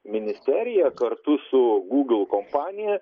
ministerija kartu su google kompanija